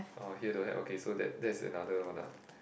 oh here don't have okay so that that's another one ah